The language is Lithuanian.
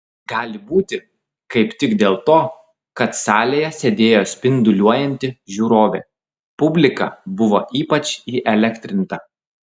gali būti kaip tik dėl to kad salėje sėdėjo spinduliuojanti žiūrovė publika buvo ypač įelektrinta